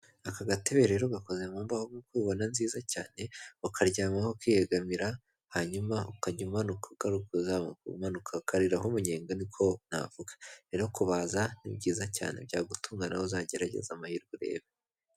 Aka gatebe rero gakoze mu mbaho nk'uko ubibona nziza cyane, ukaryamaho ukiyegamira, hanyuma ukajya umanuka ugaruka uzamuka umanuka, ukariraho umunyenga niko navuga. Rero kubaza ni byiza cyane byagutunga, nawe uzagerageza amahirwe urebe.